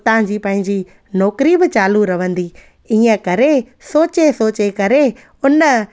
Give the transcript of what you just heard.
उतां जी पंहिंजी नौकिरी बि चालू रहंदी ईअं करे सोचे सोचे करे उन